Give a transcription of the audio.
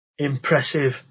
impressive